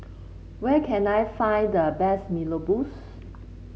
where can I find the best Mee Rebus